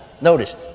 Notice